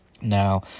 now